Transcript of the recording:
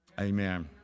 Amen